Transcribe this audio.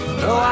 no